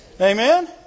Amen